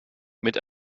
mit